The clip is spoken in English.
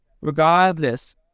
regardless